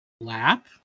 Lap